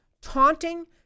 taunting